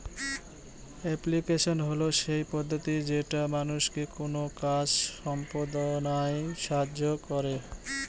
application হল সেই পদ্ধতি যেটা মানুষকে কোনো কাজ সম্পদনায় সাহায্য করে